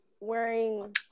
wearing